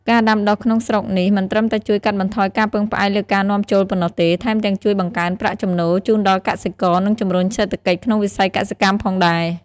ការដាំដុះក្នុងស្រុកនេះមិនត្រឹមតែជួយកាត់បន្ថយការពឹងផ្អែកលើការនាំចូលប៉ុណ្ណោះទេ ថែមទាំងជួយបង្កើនប្រាក់ចំណូលជូនដល់កសិករ និងជំរុញសេដ្ឋកិច្ចក្នុងវិស័យកសិកម្មផងដែរ។